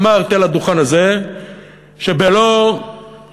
אמרתי על הדוכן הזה שבלא ידיעתו,